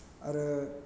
आरो